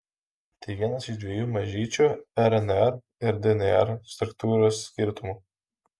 tai vienas iš dviejų mažyčių rnr ir dnr struktūros skirtumų